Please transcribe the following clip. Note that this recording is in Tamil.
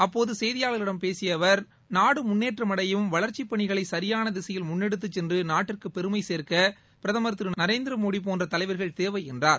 அப்போது செய்தியாளர்களிடம் பேசிய அவர் நாடு முன்னேற்றம் அடையவும் வளர்ச்சிப் பணிகளை சரியான திசையில் முன்னெடுத்துச் சென்று நாட்டிற்கு பெருமை சேர்க்க பிரதமர் திரு நரேந்திர மோடி போன்ற தலைவர்கள் தேவை என்றார்